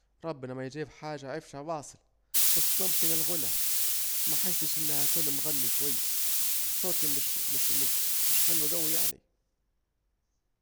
ربنا ما هيجيب حاجة عفشة واصل، بس يمكن الغنى مهحسش اني هكون مغني كويس، صوتي مش مش حلو جوي يعني